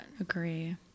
agree